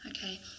Okay